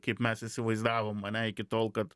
kaip mes įsivaizdavom ane iki tol kad